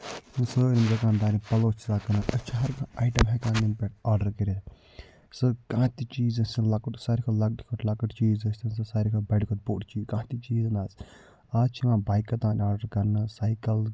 یِم سٲنۍ دُکان دار یِم پَلوٚو چھِ آسان کٕنان تَتھ چھِ ہَر کانہہ آیٹم ہیٚکان ییٚمہِ پٮ۪ٹھ آرڈر کٔرِتھ سُہ کانٛہہ تہِ چیٖز یُس سُہ لۄکُٹ ساروٕے کھۄتہٕ لۄکٔٹہِ کھۄتہٕ لۄکُٹ چیٖز آسۍ تَن ساروٕے کھۄتہٕ بَڑِ کھۄتہٕ بوٚڑ چیٖز کانٛہہ تہِ آز چھِ چَلان بایکہِ تانۍ آز چھِ کران حظ ساکَل